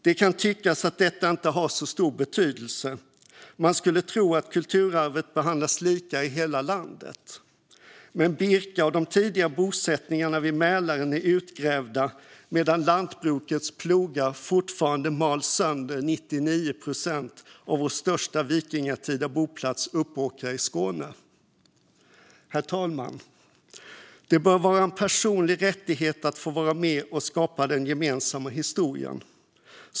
Det kan tyckas att detta inte har så stor betydelse. Man skulle kunna tro att kulturarvet behandlas lika i hela landet. Men Birka och de tidiga bosättningarna vid Mälaren är utgrävda, medan lantbrukets plogar fortfarande mal sönder 99 procent av vår största vikingatida boplats, Uppåkra i Skåne. Herr talman! Det bör vara en personlig rättighet att få vara med och skapa den gemensamma historien.